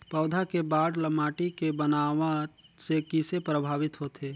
पौधा के बाढ़ ल माटी के बनावट से किसे प्रभावित होथे?